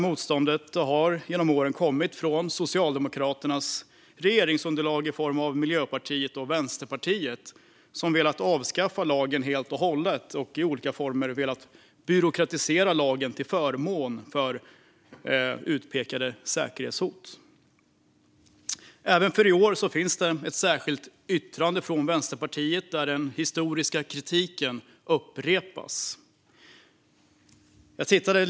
Motståndet har genom åren kommit från Socialdemokraternas regeringsunderlag i form av Miljöpartiet och Vänsterpartiet, som har velat avskaffa lagen helt och hållet och i olika former velat byråkratisera lagen till förmån för utpekade säkerhetshot. Även i år finns ett särskilt yttrande från Vänsterpartiet, där den historiska kritiken upprepas. Fru talman!